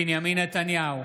בנימין נתניהו,